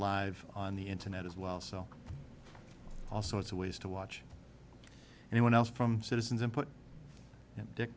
live on the internet as well so all sorts of ways to watch anyone else from citizens and put